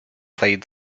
played